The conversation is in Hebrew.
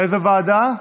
באיזו ועדה?